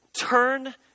Turn